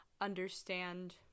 understand